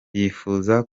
yifuza